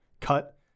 cut